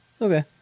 Okay